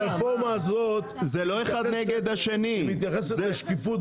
הרפורמה הזו מתייחסת לשקיפות.